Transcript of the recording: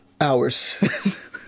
hours